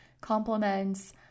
compliments